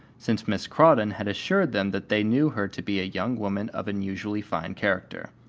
since miss crawdon had assured them that they knew her to be a young woman of unusually fine character.